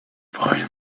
finally